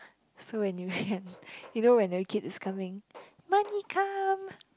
so when you can you know when your kid is coming money come